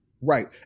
Right